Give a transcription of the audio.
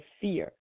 fear